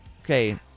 Okay